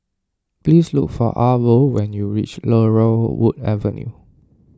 please look for Arvo when you reach Laurel Wood Avenue